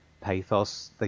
pathos